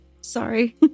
Sorry